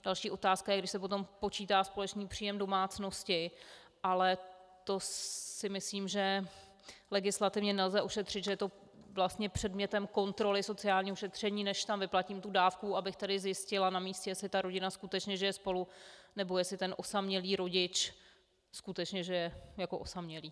Další otázka je, když se potom spočítá společný příjem domácnosti, ale to myslím, že legislativně nelze ošetřit, že je to vlastně předmětem kontroly, sociálního šetření, než tam vyplatím dávku, abych tedy zjistila na místě, jestli rodina skutečně žije spolu, nebo jestli ten osamělý rodič skutečně žije jako osamělý.